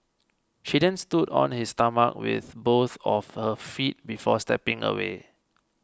she then stood on his stomach with both of her feet before stepping away